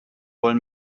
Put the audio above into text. wollen